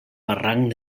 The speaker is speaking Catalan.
barranc